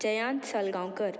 Jayant Salgaonkar